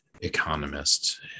economist